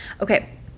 Okay